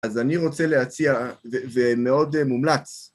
אז אני רוצה להציע, ומאוד מומלץ,